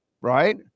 Right